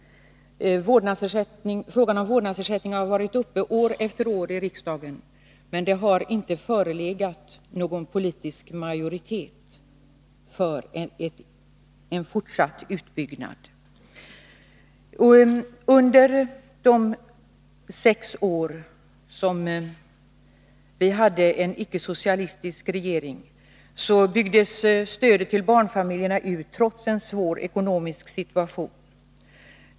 Frågan om vårdnadsersättning har varit uppe i riksdagen år efter år, men det har inte förelegat någon politisk majoritet för en fortsatt utbyggnad. Under de sex år som vi hade en icke-socialistisk regering byggdes stödet till barnfamiljerna ut, trots en svår ekonomisk situation.